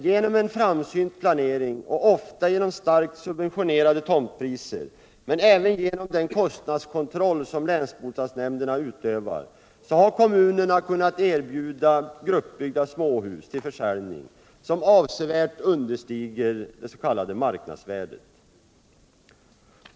Genom en framsynt planering och ofta genom starkt subventionerade tomtpriser men även genom den kostnadskontroll som länsbostadsnämnderna utövar har kommunerna kunnat erbjuda gruppbyggda småhus till försäljning och till priser som avsevärt understiger det s.k. marknadsvärdet.